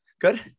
Good